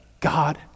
God